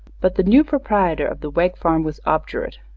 but the new proprietor of the wegg farm was obdurate.